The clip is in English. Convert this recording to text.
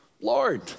Lord